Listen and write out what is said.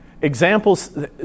Examples